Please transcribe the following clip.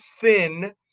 thin